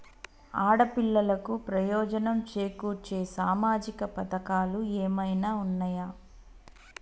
ఆడపిల్లలకు ప్రయోజనం చేకూర్చే సామాజిక పథకాలు ఏమైనా ఉన్నయా?